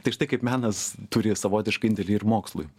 tai štai kaip menas turi savotišką indėlį ir mokslui